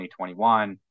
2021